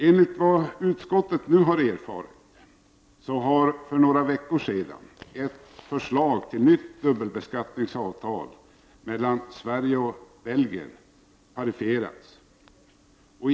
Enligt vad utskottet nu erfarit har för några veckor sedan ett förslag till nytt dubbelbeskattningsavtal mellan Sverige och Belgien paraferats.